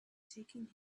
taking